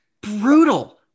brutal